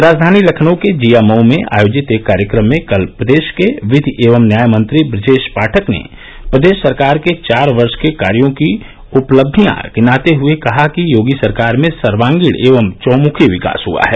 राजधानी लखनऊ के जियामऊ में आयोजित एक कार्यक्रम में कल प्रदेश के विधि एवं न्याय मंत्री ब्रजेश पाठक ने प्रदेश सरकार के चार वर्ष के कार्यो की उपलक्षियां गिनाते हुए कहा कि योगी सरकार में सर्वगीण एवं चौमुखी विकास हआ है